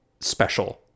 special